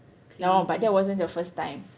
no but that wasn't the first time